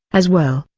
as well,